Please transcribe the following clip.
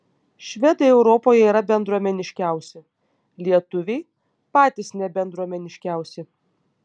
švedai europoje yra bendruomeniškiausi lietuviai patys nebendruomeniškiausi